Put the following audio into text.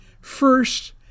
First